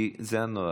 כי זה הנוהל,